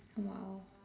!wow!